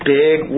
big